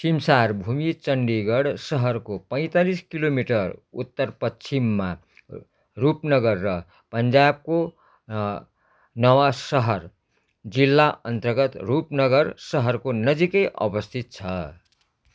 सिमसार भूमि चण्डीगढ सहरको पैँतालिस किलोमिटर उत्तरपश्चिममा रूपनगर र पन्जाबको नवानसहर जिल्लाअन्तर्गत रूपनगर सहरको नजिकै अवस्थित छ